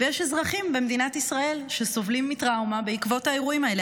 ויש אזרחים במדינת ישראל שסובלים מטראומה בעקבות האירועים האלה.